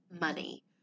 money